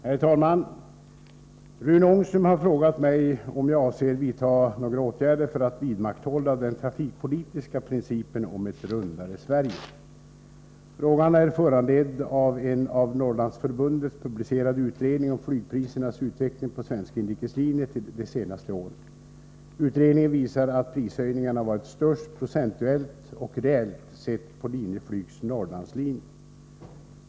Herr talman! Rune Ångström har frågat mig om jag avser vidta några åtgärder för att vidmakthålla den trafikpolitiska principen om ett rundare Sverige. Frågan är föranledd av en av Norrlandsförbundet publicerad utredning om flygprisernas utveckling på svenska inrikeslinjer de senaste åren. Utredningen visar att prishöjningarna procentuellt och reellt sett varit störst på Linjeflygs Norrlandslinjer.